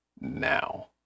now